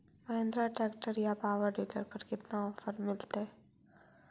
Mahindra tractor या power dealer पर कितना ओफर मीलेतय?